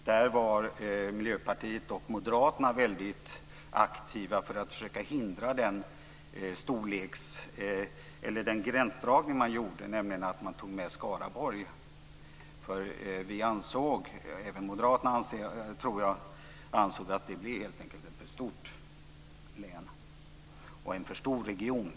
Där var Miljöpartiet och Moderaterna väldigt aktiva för att försöka hindra den gränsdragning som man gjorde, nämligen att Skaraborg togs med. Vi ansåg - även Moderaterna, tror jag - att det helt enkelt blev ett för stort län och en för stor region.